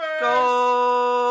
go